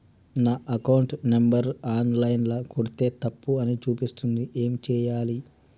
నా account number online ల కొడ్తే తప్పు అని చూపిస్తాంది ఏం చేయాలి?